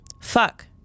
Fuck